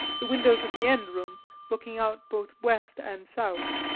the windows of the end room looking out both west and south.